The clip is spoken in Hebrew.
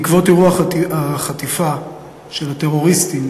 בעקבות אירוע החטיפה של הטרוריסטים